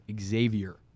xavier